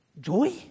Joy